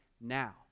now